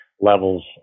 levels